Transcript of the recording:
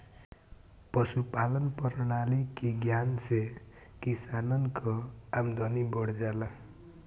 पशुपालान प्रणाली के ज्ञान से किसानन कअ आमदनी बढ़ जाला